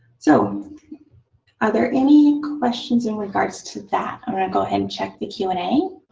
so are there any questions in regards to that? i'm going to go ahead and check the q and a.